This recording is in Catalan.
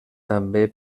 també